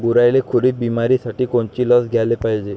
गुरांइले खुरी बिमारीसाठी कोनची लस द्याले पायजे?